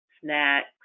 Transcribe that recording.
Snacks